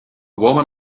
woman